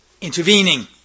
intervening